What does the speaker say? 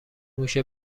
موش